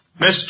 Mr